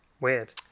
Weird